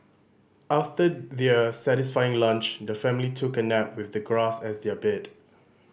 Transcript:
after their satisfying lunch the family took a nap with the grass as their bed